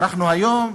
אנחנו היום,